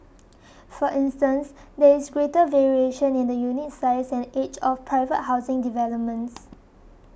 for instance there is greater variation in the unit size and age of private housing developments